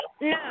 No